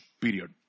Period